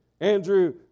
Andrew